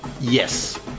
yes